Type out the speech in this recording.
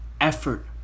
effort